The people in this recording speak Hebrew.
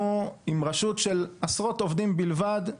אנחנו עם רשות שכוללת עשרות עובדים בלבד,